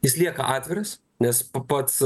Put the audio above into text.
jis lieka atviras nes pa pats